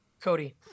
Cody